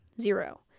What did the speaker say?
Zero